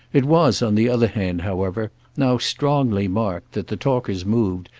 it was on the other hand, however, now strongly marked that the talkers moved,